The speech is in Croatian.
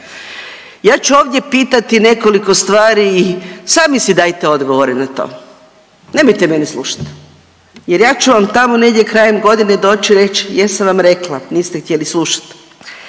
Ja ću ovdje pitati nekoliko stvari, sami si dajte odgovore na to, nemojte mene slušati jer ja ću vam tamo negdje krajem godine doći i reći jesam vam rekla, niste htjeli slušati.